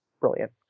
brilliant